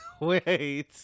wait